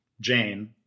Jane